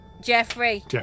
Jeffrey